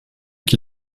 qui